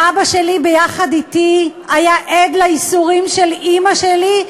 ואבא שלי ביחד אתי היה עד לייסורים של אימא שלי,